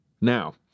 Now